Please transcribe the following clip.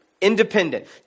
Independent